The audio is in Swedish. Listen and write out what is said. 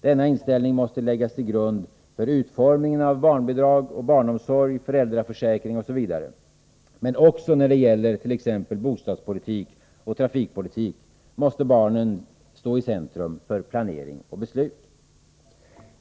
Denna inställning måste läggas till grund för utformningen av barnbidrag, barnomsorg, föräldraförsäkring etc. Men också när det gäller t.ex. bostadspolitik och trafikpolitik måste barnen stå i centrum för planering och beslut.